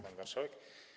Pani Marszałek!